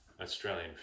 Australian